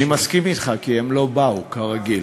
אני מסכים אתך, כי הם לא באו, כרגיל.